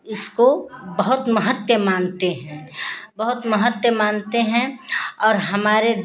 इसको बहुत महत्व मानते हैं बहुत महत्व मानते हैं और हमारे